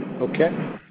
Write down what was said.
Okay